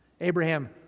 Abraham